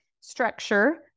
structure